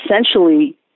essentially